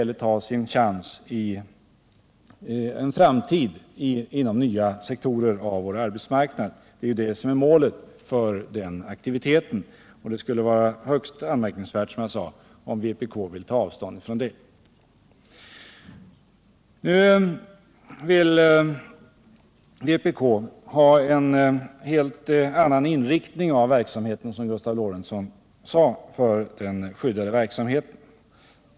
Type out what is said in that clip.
De skall i stället ha sin chans i en framtid inom nya sektorer av vår arbetsmarknad. Det är målet för den aktiviteten och det skulle, som jag sade, vara högst anmärkningsvärt om vpk vill ta avstånd från det. Nu vill vpk, som Gustav Lorentzon sade, ha en helt annan inriktning när det gäller den skyddade verksamheten.